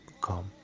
come